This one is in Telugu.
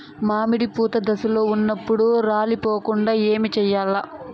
మామిడి పూత దశలో ఉన్నప్పుడు రాలిపోకుండ ఏమిచేయాల్ల?